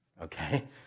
okay